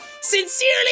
Sincerely